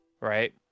right